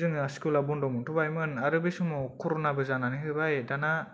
जोंना स्कुला बन्द' मोनथ'बायमोन आरो बै समाव कर'नाबो जानानै होबाय दाना